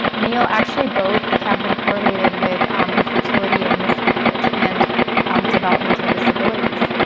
emile, actually both have been correlated with infertility and miscarriage and um developmental disabilities.